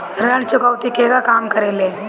ऋण चुकौती केगा काम करेले?